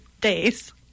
days